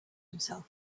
himself